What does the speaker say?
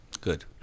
Good